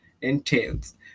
entails